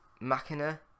machina